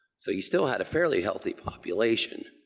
so, you still had a fairly healthy population.